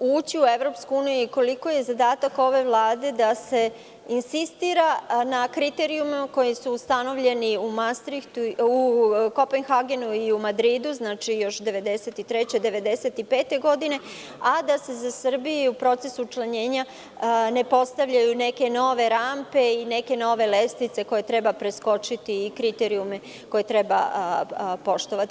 ući u EU i koliko je zadatak ove Vlade da se insistira na kriterijumima koji su ustanovljeni u Kopenhagenu i u Madridu, još 1993. i 1995. godine, a da se za Srbiju u procesu učlanjenja ne postavljaju neke nove rampe i neke nove lestvice koje treba preskočiti i kriterijumi koje treba poštovati.